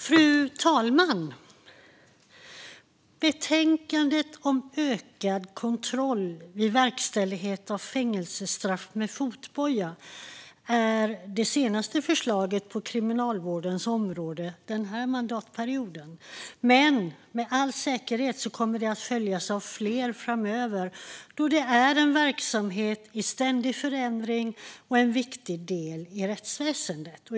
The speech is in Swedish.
Fru talman! Betänkandet om ökad kontroll vid verkställighet av fängelsestraff med fotboja är det senaste förslaget på kriminalvårdens område den här mandatperioden. Men det kommer med all säkerhet att följas av fler framöver, då det är en verksamhet i ständig förändring och en viktig del i rättsväsendet.